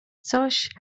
coś